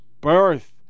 birth